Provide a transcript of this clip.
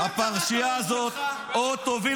אה, המימד